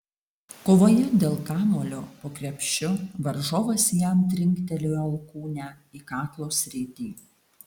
kovoje dėl kamuolio po krepšiu varžovas jam trinktelėjo alkūne į kaklo sritį